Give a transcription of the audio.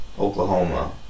Oklahoma